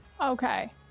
okay